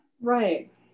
Right